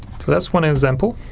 so that's one example.